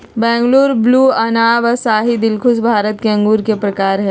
Bangalore blue, अनाब ए शाही, दिलखुशी भारत में अंगूर के प्रकार हय